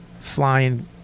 flying